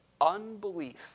unbelief